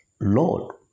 Lord